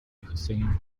hussein